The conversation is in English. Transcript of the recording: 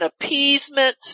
appeasement